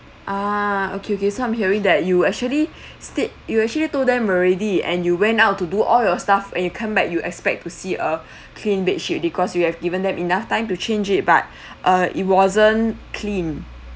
ah okay okay so I'm hearing that you actually stay you actually told them already and you went out to do all your stuff when you come back you expect to see a clean bed sheet already because you have given them enough time to change it but uh it wasn't clean